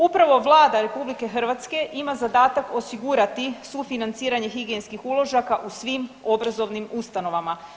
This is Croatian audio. Upravo Vlada RH ima zadatak osigurati sufinanciranje higijenskih uložaka u svim obrazovnim ustanovama.